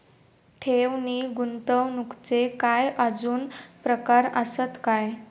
ठेव नी गुंतवणूकचे काय आजुन प्रकार आसत काय?